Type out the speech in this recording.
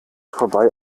vorbei